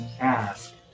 ask